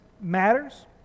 matters